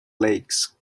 lakes